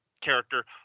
character